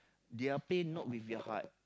their pay not with their heart